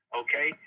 okay